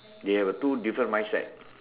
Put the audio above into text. they have two different mindset